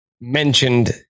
mentioned